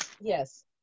Yes